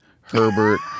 Herbert